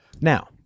Now